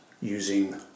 using